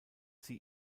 sie